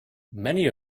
many